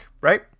right